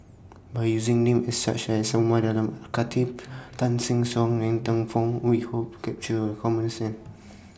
By using Names such as Umar Khatib Tan Sing Suan Ng Teng Fong We Hope capture commons